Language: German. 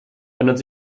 ändert